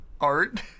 art